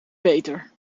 beter